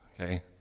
okay